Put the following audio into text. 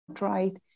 right